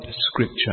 scripture